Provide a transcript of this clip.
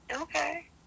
Okay